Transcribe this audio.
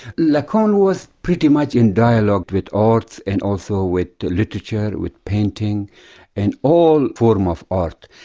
lacan was pretty much in dialogue with art, and also with literature, with painting and all form of art.